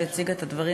שהציגה את הדברים.